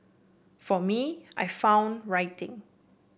for me I found writing